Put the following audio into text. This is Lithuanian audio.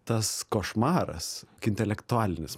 tas košmaras intelektualinis